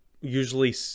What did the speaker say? usually